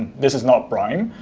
this is not prime.